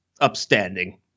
upstanding